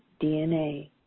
DNA